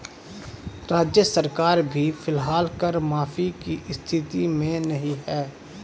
राज्य सरकार भी फिलहाल कर माफी की स्थिति में नहीं है